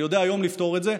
אני יודע היום לפתור את זה,